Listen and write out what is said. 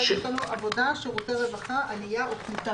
אחר כך יש לנו עבודה, שירותי רווחה, עלייה וקליטה.